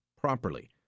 properly